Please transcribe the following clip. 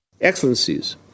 excellencies